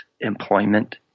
employment